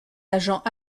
agents